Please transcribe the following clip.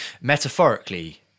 metaphorically